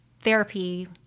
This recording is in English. therapy